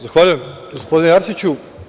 Zahvaljujem, gospodine Arsiću.